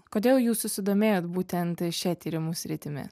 kodėl jūs susidomėjot būtent šia tyrimų sritimi